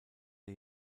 der